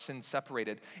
separated